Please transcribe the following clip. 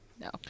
No